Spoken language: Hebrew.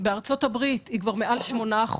בארצות הברית היא כבר מעל 8%,